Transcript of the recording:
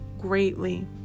greatly